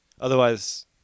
otherwise